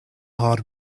hard